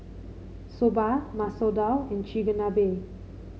Soba Masoor Dal and Chigenabe